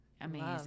amazing